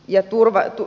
ja turva etu